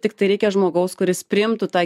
tiktai reikia žmogaus kuris priimtų tą